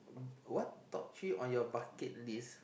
what top three on your bucket list